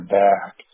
back